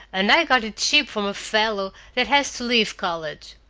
and i got it cheap from a fellow that has to leave college.